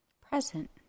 present